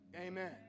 Amen